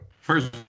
First